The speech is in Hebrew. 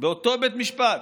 באותו בית משפט,